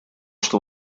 что